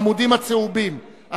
בעמודים הצהובים,